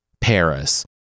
Paris